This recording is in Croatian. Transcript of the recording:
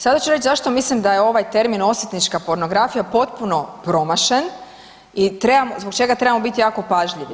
Sada ću reći zašto mislim da je ovaj termin osvetnička pornografija potpuno promašen i zbog čega trebamo biti jako pažljivi.